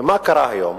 ומה קרה היום?